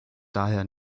daher